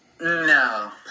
No